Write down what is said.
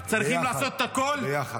צריכים לעשות הכול -- ביחד,